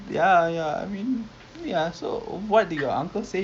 contohnya apa khabar eh are you close with the datuk